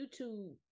YouTube